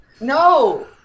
No